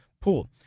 pool